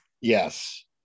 Yes